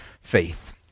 faith